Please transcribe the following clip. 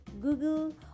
Google